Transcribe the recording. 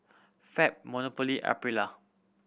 Fab Monopoly Aprilia